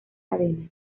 cadena